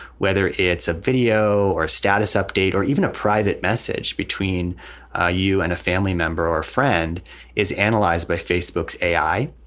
whether it's a video or a status update or even a private message between you and a family member or friend is analyzed by facebooks a i.